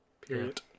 Period